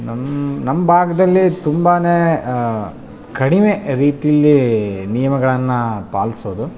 ನನ್ನ ನಮ್ಮ ನಮ್ಮಭಾಗ್ದಲ್ಲಿ ತುಂಬಾ ಕಡಿಮೆ ರೀತಿಲಿ ನಿಯಮಗಳನ್ನು ಪಾಲಿಸೋದು